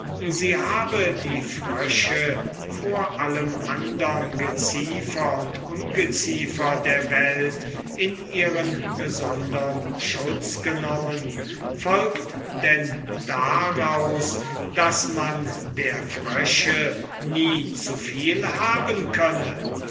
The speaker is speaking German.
sie habe die frösche vor allem andern geziefer und ungeziefer der welt in ihren besondern schutz genommen folgt denn daraus daß man der frösche nie zuviel haben könne